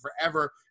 forever